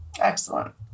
Excellent